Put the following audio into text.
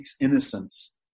innocence